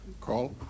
Carl